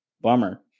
Bummer